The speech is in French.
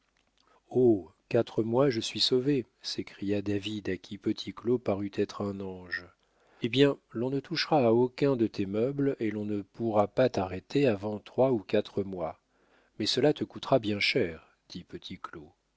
quatre mois je suis sauvé s'écria david à qui petit claud parut être un ange eh bien l'on ne touchera à aucun de tes meubles et l'on ne pourra pas t'arrêter avant trois ou quatre mois mais cela te coûtera bien cher